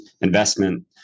investment